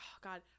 God